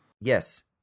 Yes